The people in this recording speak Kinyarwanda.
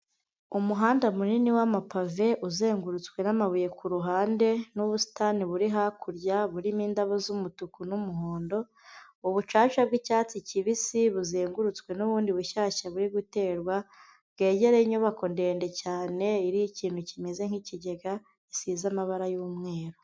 Umuhanda munini w'amapave uzengurutswe n'amabuye ku ruhande n'ubusitani buri hakurya burimo indabo z'umutuku n'umuhondo, ubucaca bw'icyatsi kibisi buzengurutswe n'ubundi bushyashya buri guterwa, bwegereye inyubako ndende cyane iriho ikintu kimeze nk'ikigega gisize amabara y'umweru.